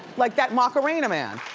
like that macarena man.